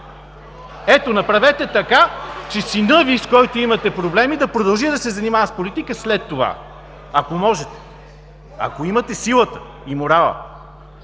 Ето, направете така, че синът Ви, с когото имате проблеми, да продължи да се занимава с политика след това. Ако можете. Ако имате силата и морала.